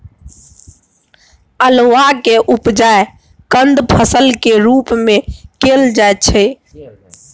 अल्हुआक उपजा कंद फसल केर रूप मे कएल जाइ छै